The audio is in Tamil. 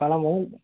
பழமும்